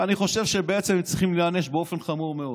ואני חושב שבעצם הם צריכים להיענש באופן חמור מאוד.